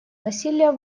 насилия